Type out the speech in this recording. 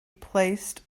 placed